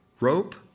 rope